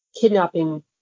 kidnapping